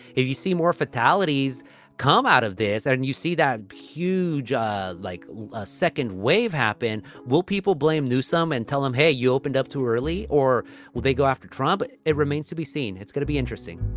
if you see more fatalities come out of this and and you see that huge ah like a second wave happen. will people blame newsome and tell them, hey, you opened up too early or will they go after trump? it remains to be seen. it's going to be interesting